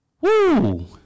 Woo